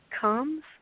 comes